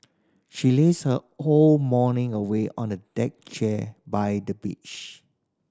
she lazed her whole morning away on a deck chair by the beach